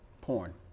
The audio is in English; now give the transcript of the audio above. porn